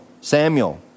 Samuel